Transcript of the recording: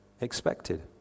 expected